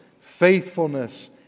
faithfulness